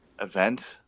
event